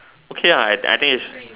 okay lah I I think it's